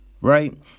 right